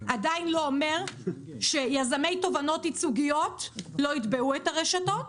עדיין לא אומר שיזמי תובענות ייצוגיות לא יתבעו את הרשתות